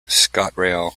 scotrail